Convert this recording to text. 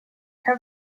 her